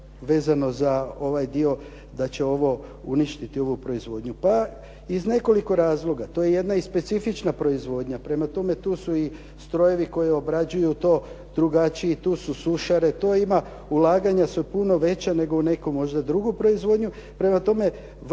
vezano za ovaj dio da će ovo uništiti ovu proizvodnju, pa iz nekoliko razloga. To je jedna i specifična proizvodnja. Prema tome, tu su i strojevi koji obrađuju to drugačije tu su sušare, to ima ulaganja su puno veća nego u neku možda drugu proizvodnju. Prema tome, vrlo